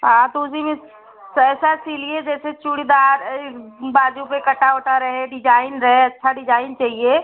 हाँ तो उस दिन ताे ऐसा सिलिए जैसे चूड़ीदार बाजू पर कटा ओटा रहे डिजाइन रहे अच्छा डिजाइन चाहिए